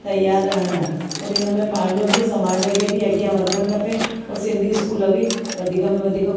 तयारु रहंदा वरी हिन में पंहिंजो बि समाज खे बि अॻियां वधणु खपे और सिंधी स्कूल बि वधीक में वधीक